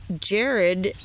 Jared